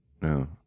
no